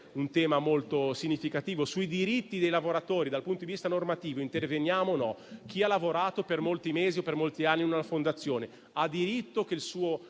un tema molto significativo. Sui diritti dei lavoratori dal punto di vista normativo interveniamo o meno? Chi ha lavorato per molti mesi o per molti anni in una fondazione ha diritto che il suo